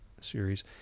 series